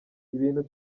ibintu